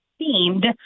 themed